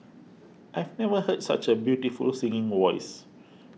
I've never heard such a beautiful singing voice